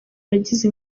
yagize